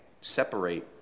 separate